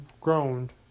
groaned